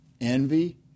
envy